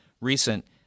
recent